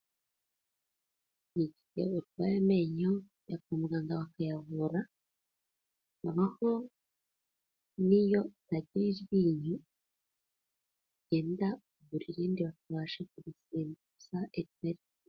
Niba urwaye amenyo yakunganga bakayavura amaho niyo agiryinyugenda buririndi babashe kuseza ishyari.